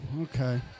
okay